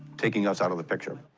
taking us out of the picture.